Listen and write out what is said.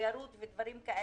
תיירות ודברים כאלה,